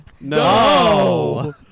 No